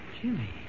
Jimmy